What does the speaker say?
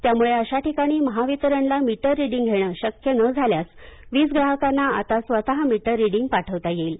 त्यामुळे अशा ठिकाणी महावितरणला मीटर रिडींग घेणे शक्य न झाल्यास वीजग्राहकांना आता स्वत मीटर रिडींग पाठविता येईल